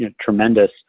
tremendous